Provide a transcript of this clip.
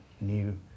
new